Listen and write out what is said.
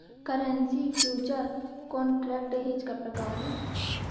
currency future contract hedge का प्रकार है